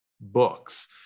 books